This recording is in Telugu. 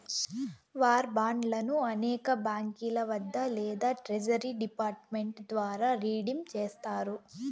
వార్ బాండ్లను అనేక బాంకీల వద్ద లేదా ట్రెజరీ డిపార్ట్ మెంట్ ద్వారా రిడీమ్ చేస్తారు